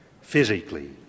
physically